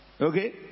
Okay